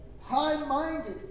high-minded